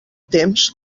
temps